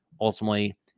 ultimately